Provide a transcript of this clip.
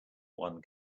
one